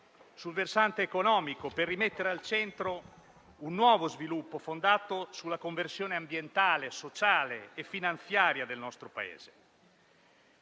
sul versante economico per rimettere al centro un nuovo sviluppo fondato sulla conversione ambientale, sociale e finanziaria del nostro Paese.